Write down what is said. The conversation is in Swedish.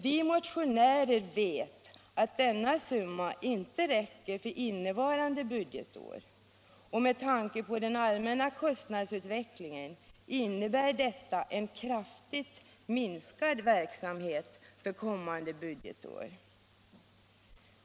Vi motionärer vet att denna summa inte räcker för innevarande budgetår, och med tanke på den allmänna kostnadsutvecklingen innebär detta en kraftigt minskad verksamhet för kommande budgetår.